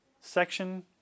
Section